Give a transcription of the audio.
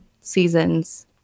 seasons